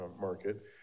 market